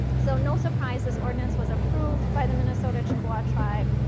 so no surprises. ordinance was approved by the minnesota chippewa tribe.